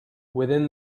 within